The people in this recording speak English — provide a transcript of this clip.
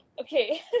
Okay